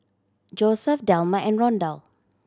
Josef Delma and Rondal